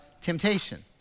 temptation